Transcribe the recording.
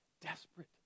desperate